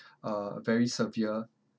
uh very severe